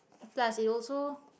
plus it also